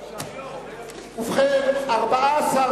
בתפוצה ארצית), התש"ע 2010, נתקבלה.